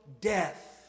death